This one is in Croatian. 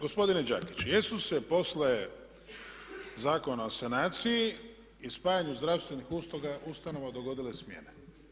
Gospodine Đakić, jesu se poslije Zakona o sanaciji i spajanju zdravstvenih ustanova dogodile smjene?